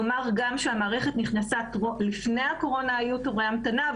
נאמר שגם לפני הקורונה היו תורי המתנה,